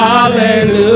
Hallelujah